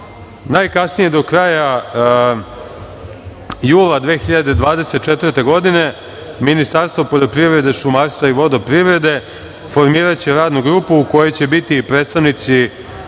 Najkasnije do kraja jula 2024. godine Ministarstvo poljoprivrede, šumarstva i vodoprivrede formiraće radnu grupu u kojoj će biti i predstavnici